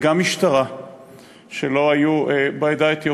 וגם משטרה לעדה האתיופית,